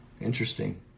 Interesting